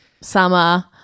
Summer